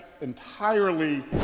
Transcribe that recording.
entirely